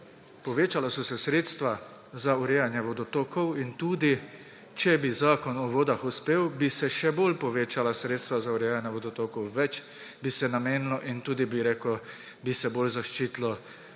Povečala so se sredstva za urejanje vodotokov in tudi če bi Zakon o vodah uspel, bi se še bolj povečala sredstva za urejanje vodotokov, več bi se namenilo in tudi bi se bolj zaščitilo premoženje